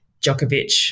Djokovic